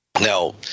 Now